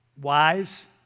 wise